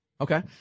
Okay